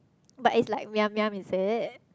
but it's like Miam-Miam is it